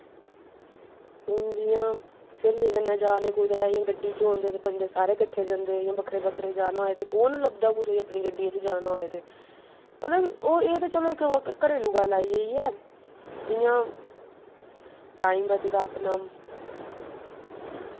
हून जि'यां स्हेलियें कन्नै जा'रने कुदै इ'यां गड्डी च होन ते बंदे सारे कट्ठे जंदे इ'यां बक्खरा बक्खरा जाना होऐ ते कु'न लभदा ऐ कुसै अपनी गड्डियै च जाना होऐ ते मतलब ओह् एह् ते चलो इक घरेलु गल्ल आई गेई ऐ इ'यां टैम बचदा अपना